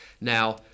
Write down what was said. Now